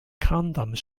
condoms